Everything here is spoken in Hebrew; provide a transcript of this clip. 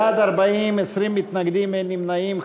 בעד, 40, 20 מתנגדים, אין נמנעים.